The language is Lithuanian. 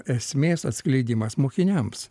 esmės atskleidimas mokiniams